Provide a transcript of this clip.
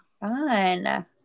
Fun